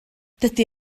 dydy